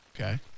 Okay